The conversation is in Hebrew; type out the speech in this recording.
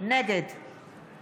נגד